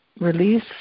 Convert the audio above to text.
release